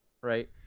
right